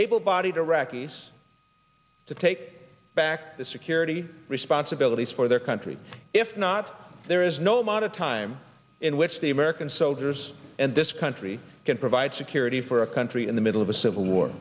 able bodied iraqis to take back the security responsibilities for their country if not there is no amount of time in which the american soldiers and this country can provide security for a country in the middle of a civil war